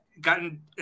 gotten